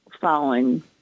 following